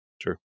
True